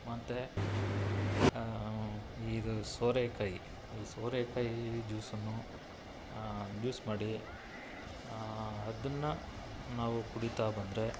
ಮತ್ತೆ ಇದು ಸೋರೆಕಾಯಿ ಈ ಸೋರೆಕಾಯಿ ಜ್ಯೂಸನ್ನು ಜ್ಯೂಸ್ ಮಾಡಿ ಅದನ್ನ ನಾವು ಕುಡಿತಾ ಬಂದರೆ